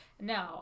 no